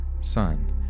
son